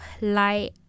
light